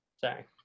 Sorry